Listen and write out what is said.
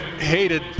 Hated